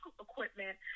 equipment